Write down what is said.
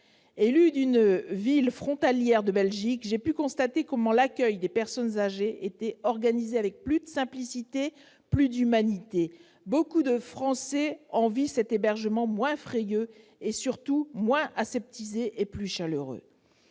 Élue d'une ville frontalière de la Belgique, j'ai pu constater comment l'accueil des personnes âgées était organisé avec plus de simplicité, plus d'humanité. Beaucoup de Français envient cet hébergement moins frayeux et surtout moins aseptisé et plus chaleureux.